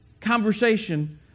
conversation